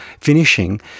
finishing